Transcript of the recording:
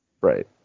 Right